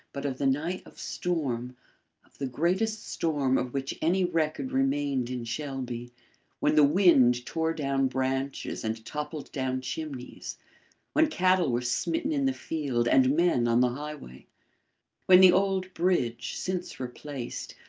but of the night of storm of the greatest storm of which any record remained in shelby when the wind tore down branches and toppled down chimneys when cattle were smitten in the field and men on the highway when the old bridge, since replaced,